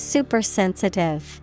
Supersensitive